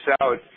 out